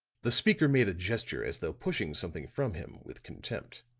the speaker made a gesture as though pushing something from him with contempt.